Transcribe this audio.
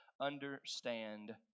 understand